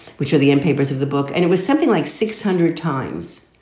which are the and papers of the book. and it was something like six hundred times.